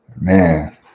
Man